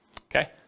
Okay